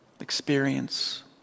experience